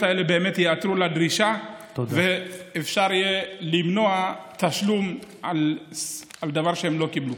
האלה באמת ייעתרו לדרישה ואפשר יהיה למנוע תשלום על דבר שהם לא קיבלו.